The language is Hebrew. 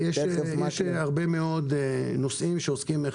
יש הרבה מאוד נושאים שעוסקים בשאלה איך